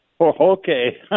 Okay